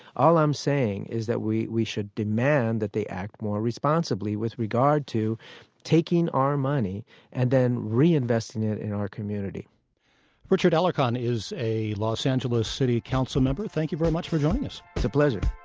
all i'm saying is that we we should demand that they act more responsibly with regard to taking our money and then reinvesting it in our community richard alarcon is a los angeles city council member. thank you very much for joining us it's a pleasure